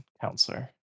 counselor